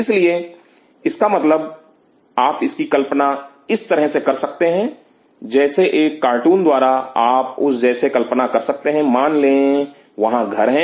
इसलिए इसका मतलब आप इसकी कल्पना इस तरह कर सकते हैं जैसे एक कार्टून द्वारा आप उस जैसे कल्पना कर सकते हैं मान ले वहां घर हैं